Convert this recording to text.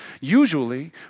Usually